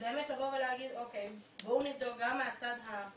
באמת לבוא ולהגיד: אוקי, בואו נבדוק גם מהצד של